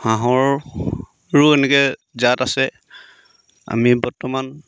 হাঁহৰো এনেকৈ জাত আছে আমি বৰ্তমান